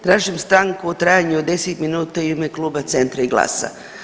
Tražim stanku u trajanju od 10 minuta u ime Kluba Centra i GLAS-a.